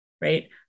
Right